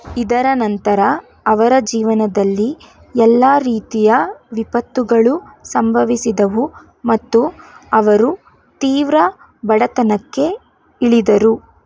ಇದರ ನಂತರ ಅವರ ಜೀವನದಲ್ಲಿ ಎಲ್ಲಾ ರೀತಿಯ ವಿಪತ್ತುಗಳು ಸಂಭವಿಸಿದವು ಮತ್ತು ಅವರು ತೀವ್ರ ಬಡತನಕ್ಕೆ ಇಳಿದರು